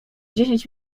dziesięć